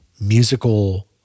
musical